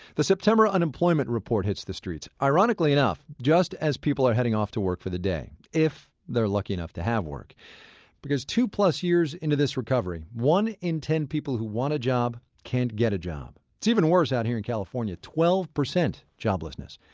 the september unemployment report hits the streets, ironically enough, just as people are heading off to work for the day if they're lucky enough to have work because two-plus years into this recovery, one in ten people who want a job can't get a job. it's even worse out here in california, twelve percent joblessness.